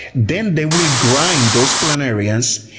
then they will grind those planarians,